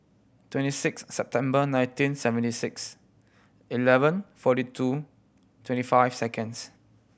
twenty six September nineteen seventy six eleven forty two twenty five seconds